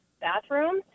bathroom